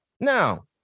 Now